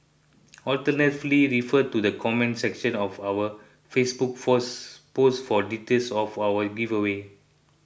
alternatively refer to the comment section of our Facebook force post for details of our giveaway